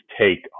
take